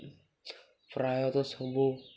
ପ୍ରାୟତଃ ସବୁ